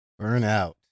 Burnout